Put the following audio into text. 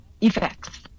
effects